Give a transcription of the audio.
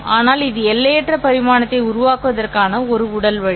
ஆனால் இது எல்லையற்ற பரிமாணத்தை உருவாக்குவதற்கான ஒரு உடல் வழி